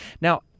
Now